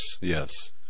yes